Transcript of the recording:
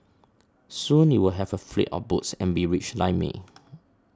soon you'd have a fleet of boats and be rich like me